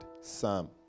Sam